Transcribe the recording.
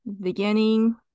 Beginning